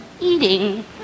Eating